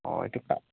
অঁ এতিয়া